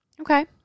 Okay